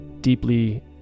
deeply